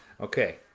Okay